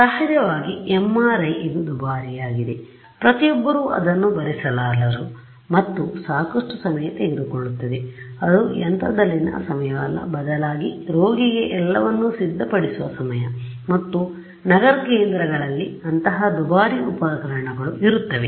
ಸಹಜವಾಗಿ MRI ಇದು ದುಬಾರಿಯಾಗಿದೆ ಪ್ರತಿಯೊಬ್ಬರೂ ಅದನ್ನು ಭರಿಸಲಾರರು ಮತ್ತು ಇದು ಸಾಕಷ್ಟು ಸಮಯ ತೆಗೆದುಕೊಳ್ಳುತ್ತದೆ ಅದು ಯಂತ್ರದಲ್ಲಿನ ಸಮಯವಲ್ಲ ಬದಲಾಗಿ ರೋಗಿಗೆ ಎಲ್ಲವನ್ನೂ ಸಿದ್ಧಪಡಿಸುವ ಸಮಯ ಮತ್ತು ನಗರ ಕೇಂದ್ರಗಳಲ್ಲಿ ಅಂತಹ ದುಬಾರಿ ಉಪಕರಣಗಳು ಇರುತ್ತವೆ